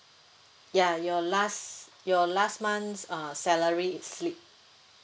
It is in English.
ya your last your last month's uh salary slip